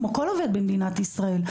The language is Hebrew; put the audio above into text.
כמו כל עובד במדינת ישראל.